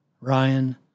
Ryan